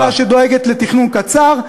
ממשלה שדואגת לתכנון לטווח קצר,